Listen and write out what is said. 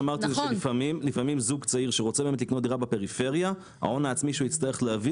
לפעמים זוג צעיר שרוצה לקנות דירה בפריפריה ההון העצמי שיצטרך להביא